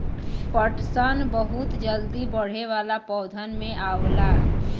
पटसन बहुत जल्दी बढ़े वाला पौधन में आवला